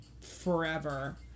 forever